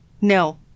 no